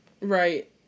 Right